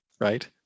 right